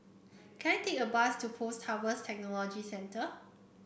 can I take a bus to Post Harvest Technology Centre